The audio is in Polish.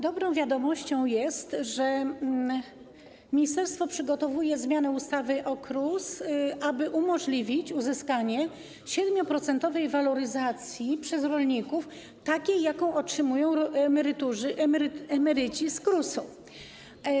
Dobrą wiadomością jest, że ministerstwo przygotowuje zmianę ustawy o KRUS, aby umożliwić uzyskanie 7-procentowej waloryzacji przez rolników, takiej, jaką otrzymują emeryci z KRUS-u.